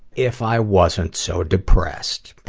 if i wasn't so depressed.